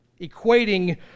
equating